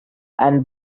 and